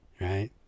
right